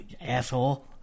asshole